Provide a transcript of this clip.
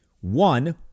One